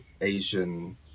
Asian